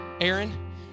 Aaron